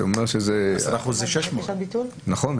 10% זה 600. נכון,